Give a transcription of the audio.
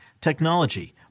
technology